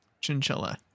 Chinchilla